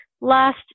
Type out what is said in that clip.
last